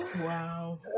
Wow